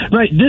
Right